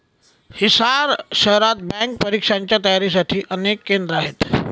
हिसार शहरात बँक परीक्षांच्या तयारीसाठी अनेक केंद्रे आहेत